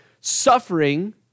suffering